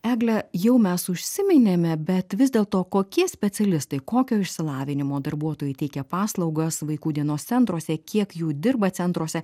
egle jau mes užsiminėme bet vis dėlto kokie specialistai kokio išsilavinimo darbuotojai teikia paslaugas vaikų dienos centruose kiek jų dirba centruose